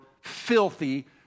filthy